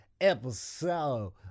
episode